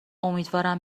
امیدوارم